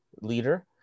leader